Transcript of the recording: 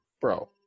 Bro